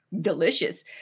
delicious